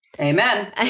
Amen